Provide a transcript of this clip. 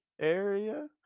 area